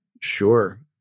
Sure